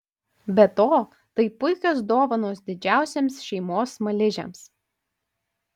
be to tai puikios dovanos didžiausiems šeimos smaližiams